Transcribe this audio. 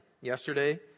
yesterday